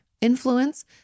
Influence